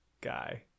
guy